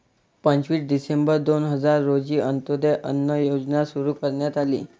पंचवीस डिसेंबर दोन हजार रोजी अंत्योदय अन्न योजना सुरू करण्यात आली